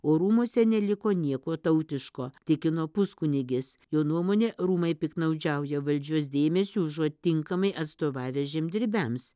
o rūmuose neliko nieko tautiško tikino puskunigis jo nuomone rūmai piktnaudžiauja valdžios dėmesiu užuot tinkamai atstovavę žemdirbiams